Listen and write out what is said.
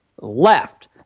left